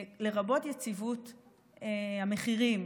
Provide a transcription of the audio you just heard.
לרבות יציבות המחירים.